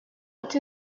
what